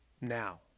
Now